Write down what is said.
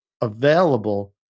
available